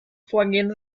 vorgehen